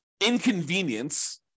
inconvenience